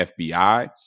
fbi